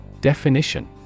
Definition